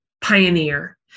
pioneer